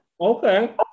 okay